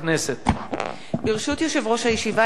ברשות יושב-ראש הישיבה הנני מתכבדת להודיעכם,